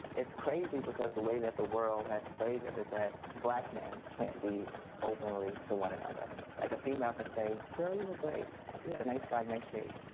it's crazy because the way that the world has played it is that black men can't be openly to one another. like, a female can say, girl, you look great. you got a nice body, nice shape.